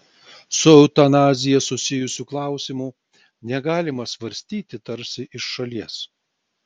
su eutanazija susijusių klausimų negalima svarstyti tarsi iš šalies